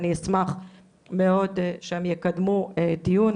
אני אשמח מאוד שהם יקדמו דיון,